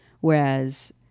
whereas